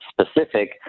specific